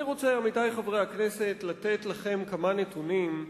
עמיתי חברי הכנסת, אני רוצה לתת לכם כמה נתונים: